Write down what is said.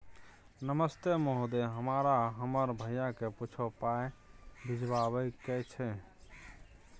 नमस्ते महोदय, हमरा हमर भैया के कुछो पाई भिजवावे के छै?